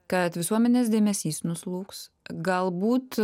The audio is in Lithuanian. kad visuomenės dėmesys nuslūgs galbūt